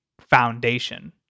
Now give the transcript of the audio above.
foundation